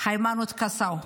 היימנוט קסאו.